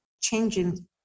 changing